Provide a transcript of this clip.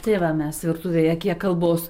tai va mes virtuvėje kiek kalbos